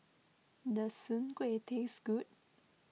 does Soon Kuih taste good